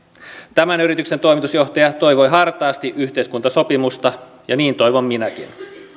tämän yrityksen toimitusjohtaja toivoi hartaasti yhteiskuntasopimusta ja niin toivon minäkin